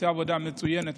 שעושה עבודה מצוינת,